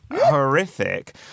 horrific